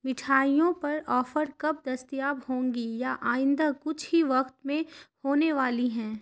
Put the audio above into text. مٹھائیوں پر آفر کب دستیاب ہوں گی یا آئندہ کچھ ہی وقت میں ہونے والی ہیں